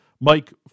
Mike